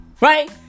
Right